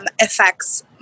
affects